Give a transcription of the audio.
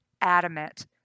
adamant